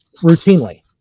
routinely